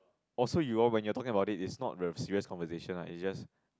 oh so you all when you are talking about it it's not a serious conversation lah it's just